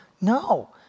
No